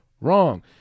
wrong